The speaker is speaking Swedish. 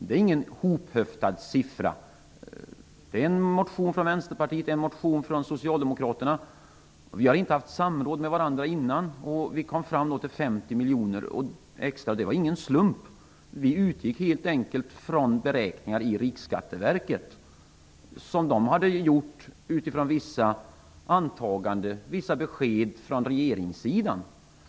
Det är inte fråga om en tillhöftad siffra. Vad det handlar om är en motion från Vänsterpartiet och en från Socialdemokraterna. Vi har inte haft samråd med varandra. Vi kom fram till 50 miljoner extra. Det var ingen slump. Vi utgick helt enkelt från de beräkningar som Riksskatteverket hade gjort utifrån vissa besked från regeringssidan.